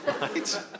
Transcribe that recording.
right